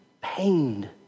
pained